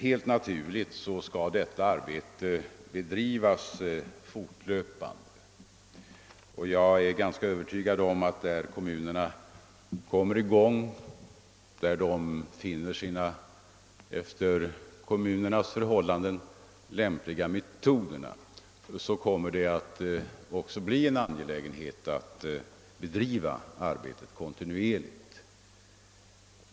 Helt naturligt skall detta arbete bedrivas fortlöpande, och jag är ganska övertygad om att det också, när kommunerna kommit i gång och funnit med hänsyn till sina förhållanden lämpliga metoder, blir angeläget att bedriva arbetet kontinuerligt.